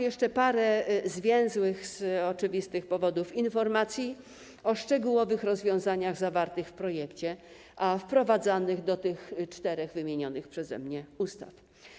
Jeszcze parę zwięzłych z oczywistych powodów informacji o szczegółowych rozwiązaniach zawartych w projekcie, które są wprowadzane do tych czterech wymienionych przeze mnie ustaw.